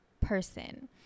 person